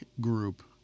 group